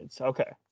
Okay